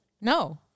No